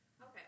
Okay